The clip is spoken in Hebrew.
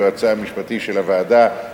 יועצה המשפטי של הוועדה,